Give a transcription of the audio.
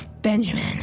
Benjamin